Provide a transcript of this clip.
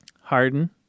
Harden